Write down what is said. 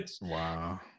Wow